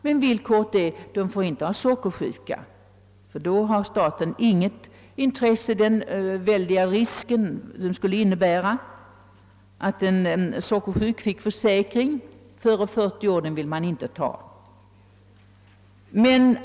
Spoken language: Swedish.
Men villkoret är att de inte har sockersjuka, ty då har staten inget intresse. Den väldiga risk, som en försäkring för en söckersjuk som fått sin sjukdom före 40 års ålder skulle innebära, vill staten inte ta.